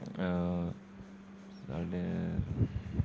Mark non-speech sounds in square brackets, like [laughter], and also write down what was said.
[unintelligible]